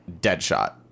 Deadshot